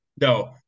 No